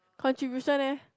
contribution leh